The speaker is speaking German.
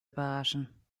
überraschen